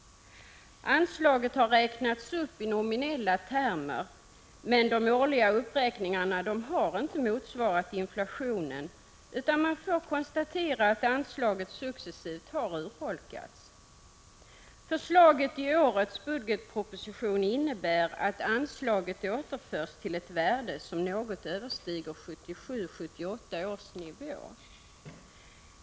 Anslaget har räknats upp i nominella termer, men de årliga uppräkningarna har inte motsvarat inflationen, utan man får konstatera att anslaget successivt har urholkats. Förslaget i årets budgetproposition innebär att anslaget återförs till ett värde som något överstiger 1977/78 års nivå.